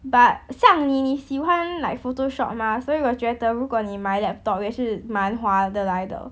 but 像你你喜欢 like Photoshop mah 所以我觉得如果你买 laptop 也是蛮划得来的